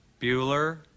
Bueller